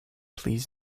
please